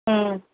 ம்